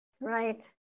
Right